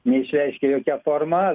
neišreiškė jokia forma